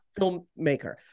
filmmaker